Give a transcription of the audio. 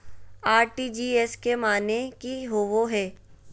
RTGS के माने की होबो है?